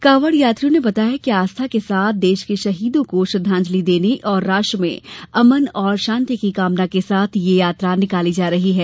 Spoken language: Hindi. कांवड़ यात्रियों ने बताया कि आस्था के साथ देश के शहीदों को श्रद्वांजलि देने और राष्ट्र में अमन और शांति की कामना के साथ ये यात्रा निकाली जा रही है